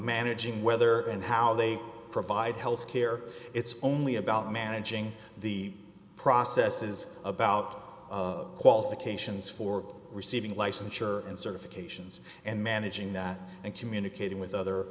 managing whether and how they provide health care it's only about managing the process is about qualifications for receiving licensure and certifications and managing that and communicating with other